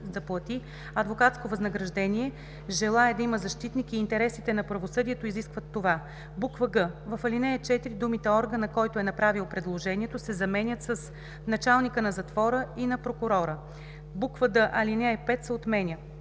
адвокатско възнаграждение, желае да има защитник и интересите на правосъдието изискват това.“; г) в ал. 4 думите „органа, който е направил предложението“ се заменят с „началника на затвора и на прокурора“; д) алинея 5 се отменя.